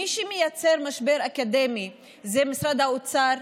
מי שמייצר משבר אקדמי זה משרד האוצר.